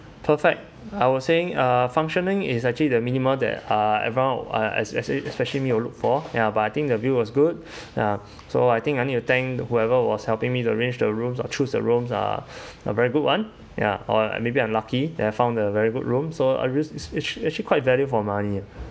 perfect I was saying uh functioning is actually the minimal that uh everyone uh especially especially me would look for ya but I think the view was good uh so I think I need to thank whoever was helping me to arrange the room or choose the room uh a very good [one] ya or maybe I'm lucky that I found the very good room so uh is actually quite value for money ah